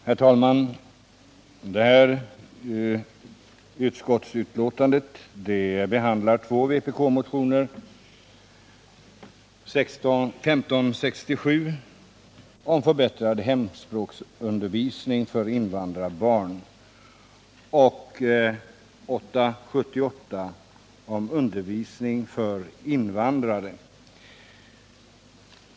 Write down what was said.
Herr talman! I det föreliggande utskottsbetänkandet behandlas två vpkmotioner, nr 1567 om förbättrad hemspråksundervisning för invandrarbarn och nr 878 om undervisning för invandrare.